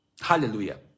Hallelujah